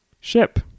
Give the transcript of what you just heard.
ship